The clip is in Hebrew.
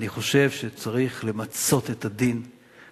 אני חושב שצריך למצות את הדין ולהסיר